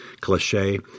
cliche